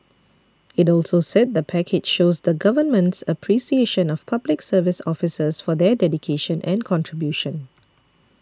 it also said the package shows the Government's appreciation of Public Service officers for their dedication and contribution